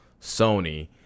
Sony